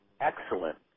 excellent